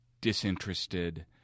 disinterested